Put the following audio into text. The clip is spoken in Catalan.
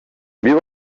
viu